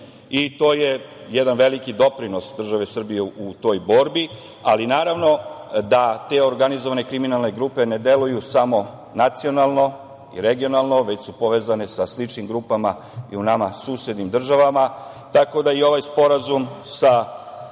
To je jedan veliki doprinos države Srbije u toj borbi, ali naravno da te organizovane kriminalne grupe ne deluju samo nacionalno i regionalno već su povezane sa sličnim grupama i nama susednim državama, tako da i ovaj sporazum sa